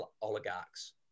oligarchs